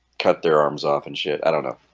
cut their arms off and shit, i don't know